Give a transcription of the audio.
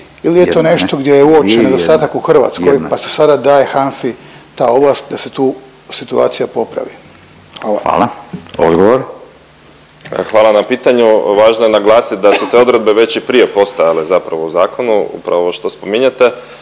ili je to nešto gdje je uočen nedostatak u Hrvatskoj pa se sada daje HANFI ta ovlast da se tu situacija popravi. Hvala. **Radin, Furio (Nezavisni)** Hvala. Odgovor. **Zoričić, Davor** Hvala na pitanju. Važno je naglasiti da su te odredbe već i prije postojale zapravo u zakonu upravo ovo što spominjete.